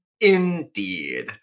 Indeed